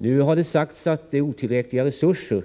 Det har sagts att otillräckliga personella resurser